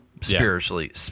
spiritually